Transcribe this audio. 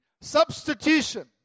Substitution